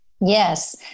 Yes